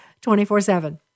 24-7